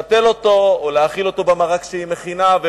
לחתל אותו או להאכיל אותו במרק שהיא מכינה,